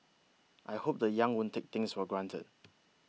I hope the young won't take things for granted